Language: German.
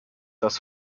das